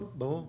ברור שלא.